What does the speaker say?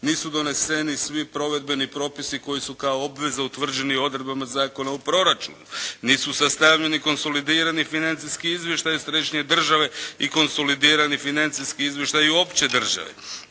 Nisu doneseni svi provedbeni propisi koji su kao obveza utvrđeni odredbama Zakona o proračunu. Nisu sastavljeni konsolidirani financijski izvještaji središnje države i konsolidirani financijski izvještaji uopće države.